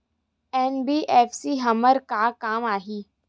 NBFC हमर का काम आही?